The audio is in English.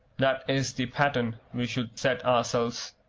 that is the pattern we should set ourselves.